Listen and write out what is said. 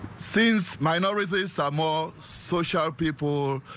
things minorities some on social people.